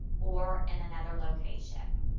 or in another location.